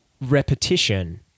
repetition